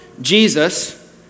Jesus